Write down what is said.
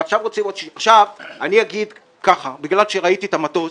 ועכשיו רוצים עוד 60. בגלל שראיתי את המטוס,